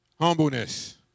Humbleness